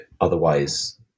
otherwise